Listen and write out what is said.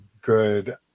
good